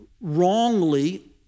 wrongly